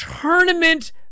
tournament